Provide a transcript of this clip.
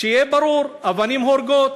שיהיה ברור, אבנים הורגות,